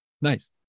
Nice